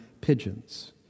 pigeons